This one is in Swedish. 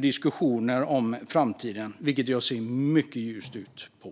Diskussioner om framtiden pågår. Jag ser mycket ljust på den.